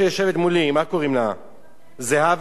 זאת שיושבת מולי, איך קוראים לה, זהבה?